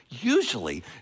Usually